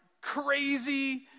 crazy